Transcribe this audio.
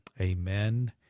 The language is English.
amen